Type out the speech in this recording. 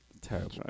Terrible